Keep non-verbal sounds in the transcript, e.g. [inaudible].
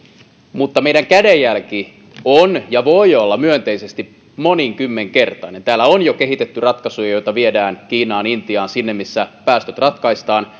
mutta meidän kädenjälki on ja voi olla myönteisesti monikymmenkertainen täällä on jo kehitetty ratkaisuja joita viedään kiinaan intiaan sinne missä päästöt ratkaistaan [unintelligible]